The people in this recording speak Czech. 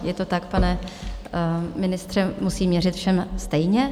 Je to tak, pane ministře, musím měřit všem stejně.